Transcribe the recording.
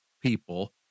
people